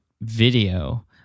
video